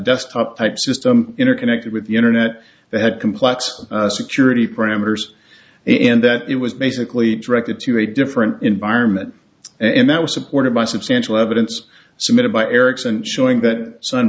desktop type system interconnected with the internet that had complex security parameters and that it was basically directed to a different environment and that was supported by substantial evidence submitted by ericsson showing that sun